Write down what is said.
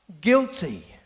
guilty